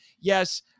Yes